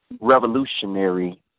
revolutionary